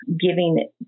giving